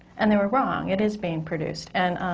and they were wrong, it is being produced. and